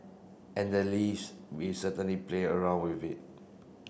and the leaves we certainly play around with it